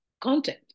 content